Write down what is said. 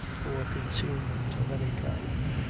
or consalement of any kind.